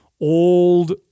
old